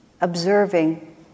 observing